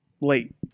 late